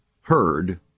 heard